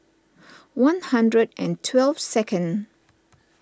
one hundred and twelve second